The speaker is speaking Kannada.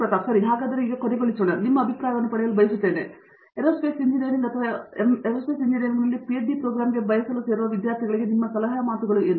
ಪ್ರತಾಪ್ ಹರಿಡೋಸ್ ಹೌದು ಹೌದು ಸರಿ ವಾಸ್ತವವಾಗಿ ಮುಚ್ಚಿ ಇರಬಹುದು ನಾನು ನಿಮ್ಮ ಅಭಿಪ್ರಾಯವನ್ನು ಪಡೆಯಲು ಬಯಸುತ್ತೇನೆ ಅಥವಾ ನಿಮ್ಮ ಸಲಹೆಯ ಮಾತುಗಳು ಏರೋಸ್ಪೇಸ್ ಎಂಜಿನಿಯರಿಂಗ್ ಎಂಎಸ್ ಅಥವಾ ಪಿಹೆಚ್ಡಿ ಪ್ರೋಗ್ರಾಂ ಅನ್ನು ಸೇರಲು ಬಯಸುತ್ತಿರುವ ವಿದ್ಯಾರ್ಥಿಗಳಿಗೆ ಯಾವ ಸಲಹೆ ಇದೆ